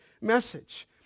message